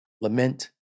lament